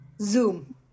Zoom